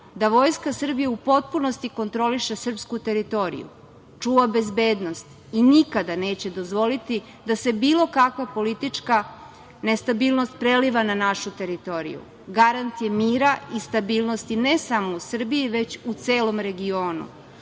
da Vojska Srbije u potpunosti kontroliše srpsku teritoriju, čuva bezbednost i nikada neće dozvoliti da se bilo kakva politička nestabilnost preliva na našu teritoriju. Garant je mira i stabilnosti ne samo u Srbiji, već u celom regionu.